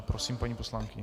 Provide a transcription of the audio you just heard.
Prosím, paní poslankyně.